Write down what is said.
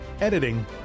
Editing